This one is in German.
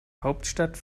hauptstadt